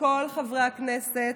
שכל חברי הכנסת,